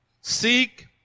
Seek